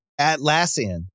Atlassian